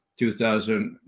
2000